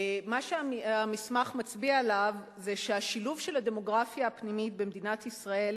מה שהמסמך מצביע עליו זה שהשילוב של הדמוגרפיה הפנימית במדינת ישראל